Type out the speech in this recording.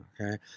Okay